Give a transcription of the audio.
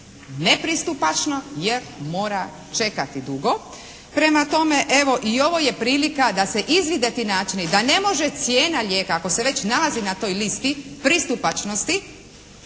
nepristupačno jer moga čekati dugo. Prema tome evo i ovo je prilika da se izvide ti načini, da ne može cijena lijeka ako se već nalazi na toj listi pristupačnosti